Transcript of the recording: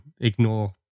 ignore